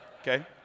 Okay